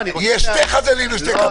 נכון, נכון.